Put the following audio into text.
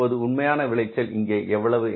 இப்போது உண்மையான விளைச்சல் இங்கே எவ்வளவு